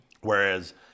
whereas